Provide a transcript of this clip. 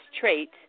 trait